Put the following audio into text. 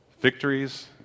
victories